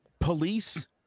Police